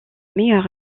meilleurs